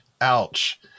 ouch